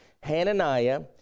Hananiah